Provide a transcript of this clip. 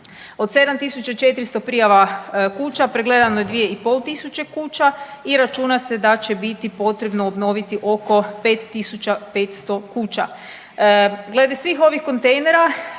Od 7400 prijava kuća pregledano je 2 i pol tisuće kuća i računa se da će biti potrebno obnoviti oko 5500 kuća. Glede svih ovih kontejnera